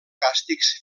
càstigs